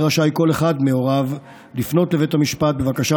יהיה רשאי כל אחד מהוריו לפנות לבית המשפט בבקשה